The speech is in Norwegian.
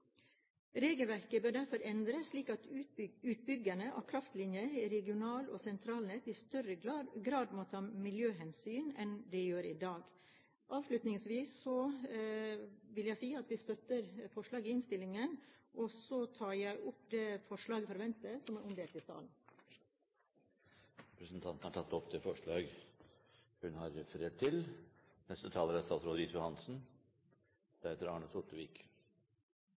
Regelverket bør derfor endres, slik at utbyggerne av kraftlinjer i regional- og sentralnett i større grad må ta miljøhensyn enn de gjør i dag. Avslutningsvis vil jeg si at vi støtter forslaget i innstillingen, og så tar jeg opp forslaget fra Venstre, som er omdelt i salen. Representanten Borghild Tenden har tatt opp det forslaget hun refererte til. Det er ikke riktig, som representanten Tenden nettopp refererte til, at det ikke er